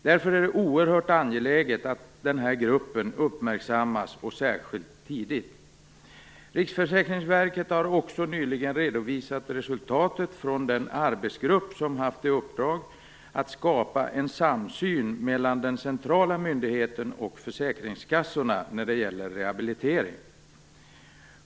Därför är det oerhört angeläget att denna grupp uppmärksammas särskilt och tidigt. Riksförsäkringsverket har också nyligen redovisat resultatet från den arbetsgrupp som haft i uppdrag att skapa en samsyn mellan den centrala myndigheten och försäkringskassorna när det gäller rehabilitering.